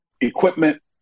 equipment